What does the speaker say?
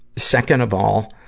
second of all,